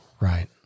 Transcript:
Right